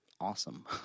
awesome